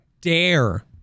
dare